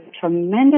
tremendous